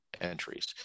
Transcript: entries